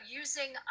using